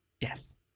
yes